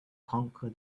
conquer